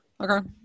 Okay